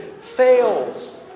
fails